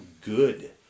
good